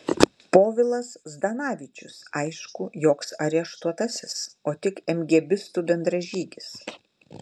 povilas zdanavičius aišku joks areštuotasis o tik emgėbistų bendražygis